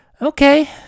Okay